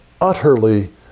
utterly